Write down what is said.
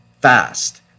fast